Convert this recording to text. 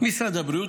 משרד הבריאות,